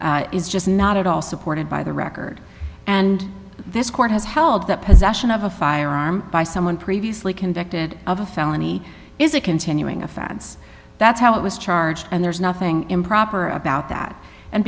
days is just not at all supported by the record and this court has held that possession of a firearm by someone previously convicted of a felony is a continuing offense that's how it was charge and there is nothing improper about that and